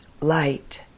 light